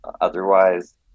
otherwise